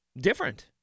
different